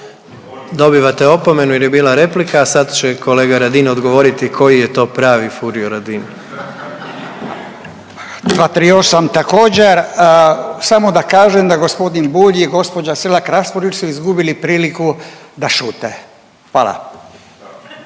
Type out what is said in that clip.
Dobivate opomenu jer je bila replika. A sad će kolega Radin odgovoriti koji je to pravi Furio Radin. **Radin, Furio (Nezavisni)** 238. također, samo da kažem da g. Bulj i gospođa Selak Raspudić su izgubili priliku da šute. Hvala.